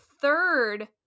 third